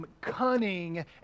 Cunning